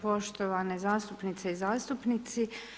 Poštovane zastupnice i zastupnici.